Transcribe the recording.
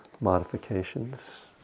modifications